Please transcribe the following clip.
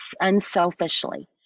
Unselfishly